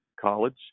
college